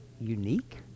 unique